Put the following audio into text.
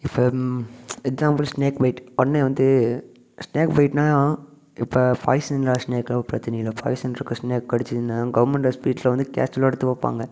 இப்போ example snake bite உடனே வந்து ஸ்நேக் பைட்னால் இப்போ பாய்சன் இல்லாத ஸ்நேக்கால் ஒரு பிரச்சனையும் இல்லை பாய்சன் இருக்கிற ஸ்நேக் கடிச்சிதுன்னால் கவுர்மெண்ட் ஹாஸ்பிட்டலில் வந்து கேஷுவலாக எடுத்து பார்ப்பாங்க